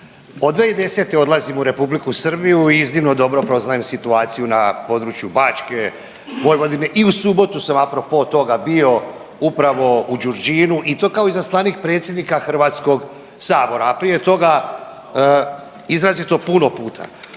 Od 2010. odlazim u Republiku Srbiju i iznimno dobro poznajem situaciju na području Bačke, Vojvodine i u subotu sam apropo toga bio upravo u Đurđinu i to kao izaslanik predsjednika HS, a prije toga izrazito puno puta.